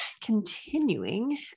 continuing